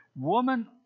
woman